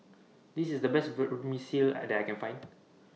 This IS The Best Vermicelli that I Can Find